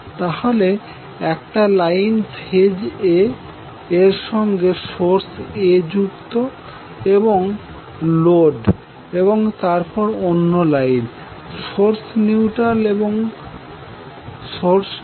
তাহলে একটা line phase A এর সঙ্গে সোর্স A যুক্ত এবং লোড এবং তারপর অন্য লাইন সোর্সের নিউট্রাল এবং লোডের সঙ্গে যুক্ত